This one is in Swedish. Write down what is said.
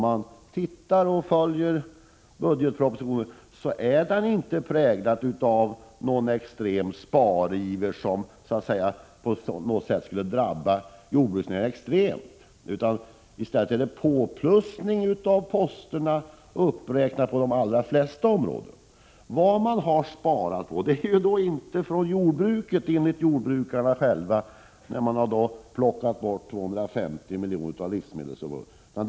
Men budgetpropositionen präglas inte av någon extrem spariver, som skulle drabba särskilt jordbruksnäringen. Det — Prot. 1986/87:124 handlar tvärtom om en uppräkning av anslagsposterna på de allra flesta — 15 maj 1987 områden. Det man har sparat på är poster som enligt jordbukarna själva inte har gått till jordbruket — jag tänker då på att man plockat bort 250 miljoner av livsmedelssubventionerna.